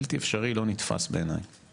בלתי אפשרי, לא תפס בעיניי